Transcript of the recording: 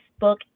Facebook